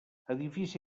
edifici